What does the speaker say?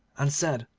and said,